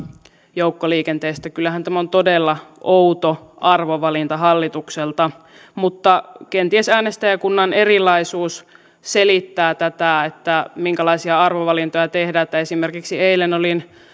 joukkoliikenteestä niin kyllähän tämä on todella outo arvovalinta hallitukselta mutta kenties äänestäjäkunnan erilaisuus selittää tätä minkälaisia arvovalintoja tehdään esimerkiksi eilen olin